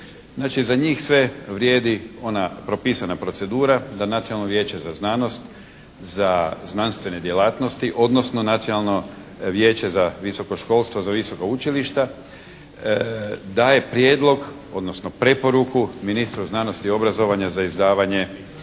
za njih sve vrijedi ona propisana procedura za Nacionalno vijeće za znanost, za znanstvene djelatnosti, odnosno Nacionalno vijeće za visoko školstvo, za visoka učilišta, daje prijedlog, odnosno preporuku ministru znanosti i obrazovanja za izdavanje